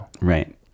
Right